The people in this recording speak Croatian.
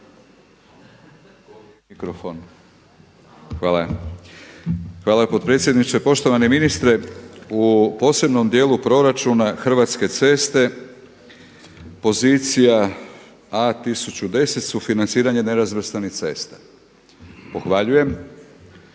(HNS)** Hvala potpredsjedniče. Poštovani ministre u posebnom djelu proračuna Hrvatske ceste pozicija A1010 sufinanciranje nerazvrstanih cesta. Pohvaljujem